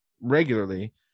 regularly